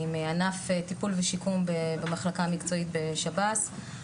אני מענף טיפול ושיקום במחלקה המקצועית בשב"ס.